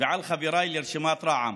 ועל חבריי לרשימת רע"מ.